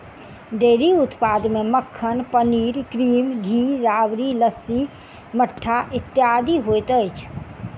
dairy उत्पाद मे मक्खन, पनीर, क्रीम, घी, राबड़ी, लस्सी, मट्ठा इत्यादि होइत अछि